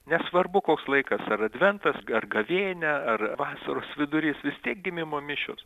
nesvarbu koks laikas ar adventas ar gavėnia ar vasaros vidurys vis tiek gimimo mišios